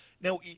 Now